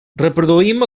reproduïm